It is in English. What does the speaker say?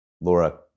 Laura